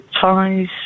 ties